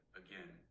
again